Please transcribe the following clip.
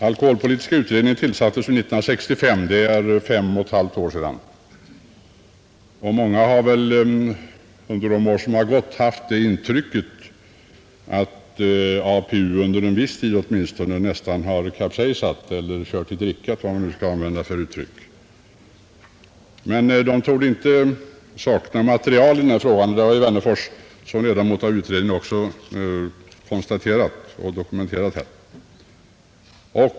Alkoholpolitiska utredningen tillsattes som bekant 1965, alltså för fem och ett halvt år sedan, och många har fått det intrycket att utredningen tidvis nästan har kapsejsat — eller kört i drickat, vilket uttryck man nu skall använda. Utredningen torde emellertid inte sakna arbetsmaterial, och det har herr Wennerfors som ledamot av utredningen också redan konstaterat och dokumenterat här.